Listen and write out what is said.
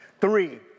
Three